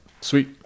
Sweet